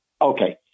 Okay